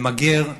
למגר,